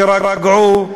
תירגעו.